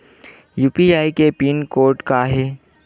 UPI के pin code का हे?